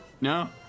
No